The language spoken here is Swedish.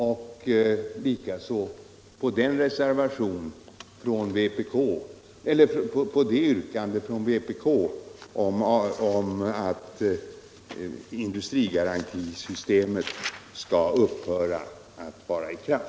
Jag yrkar sålunda även avslag på vpk-förslaget att investeringsgarantisystemet skall slopas.